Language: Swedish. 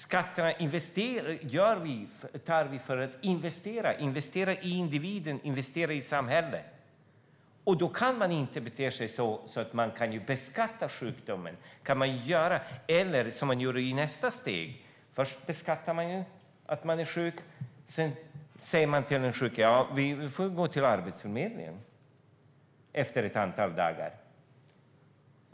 Skatterna tar vi in för att investera - investera i individen och i samhället. Då kan man inte bete sig så att man beskattar sjukdomen, eller som man gjorde i nästa steg: Först beskattar man den sjuka, och sedan säger man till den sjuka att gå till Arbetsförmedlingen efter ett antal dagar.